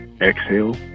Exhale